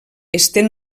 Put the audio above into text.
estén